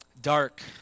Dark